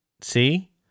See